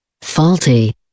Faulty